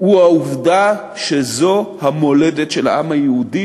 הוא העובדה שזאת המולדת של העם היהודי